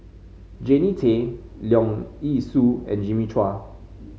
Jannie Tay Leong Yee Soo and Jimmy Chua